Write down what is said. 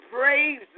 praise